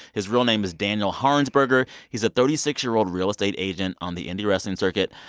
his real name is daniel harnsberger. he's a thirty six year old real estate agent on the indie wrestling circuit.